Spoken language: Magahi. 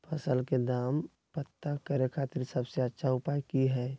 फसल के दाम पता करे खातिर सबसे अच्छा उपाय की हय?